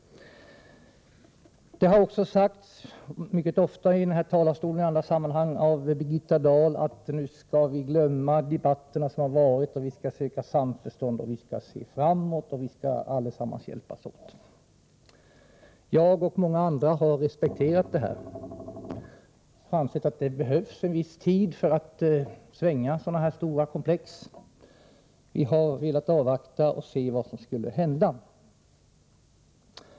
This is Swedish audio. Det har även sagts mycket ofta i denna talarstol i andra sammanhang av Birgitta Dahl att vi skall glömma de debatter som har varit, att vi skall söka samförstånd och se framåt samt att vi alla skall hjälpas åt. Jag och många andra har respekterat detta och ansett att det behövs en viss tid för att svänga sådana här stora komplex. Vi har velat avvakta och se vad som skulle hända.